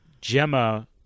Gemma